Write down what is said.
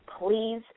please